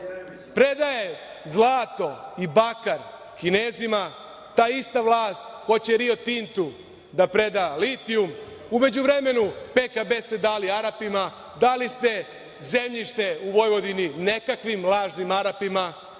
predaje zlato i bakar Kinezima. Ta ista vlast hoće „Rio Tintu“ da preda litijum. U međuvremenu PKB ste dali Arapima. Dali ste zemljište u Vojvodini nekakvim lažnim Arapima.